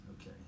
okay